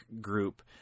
group